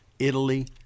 Italy